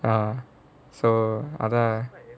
ah so other